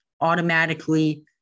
automatically